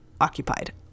occupied